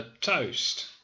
toast